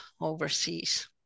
overseas